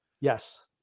Yes